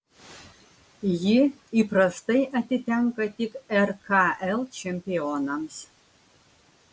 ji įprastai atitenka tik rkl čempionams